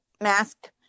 mask